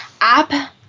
app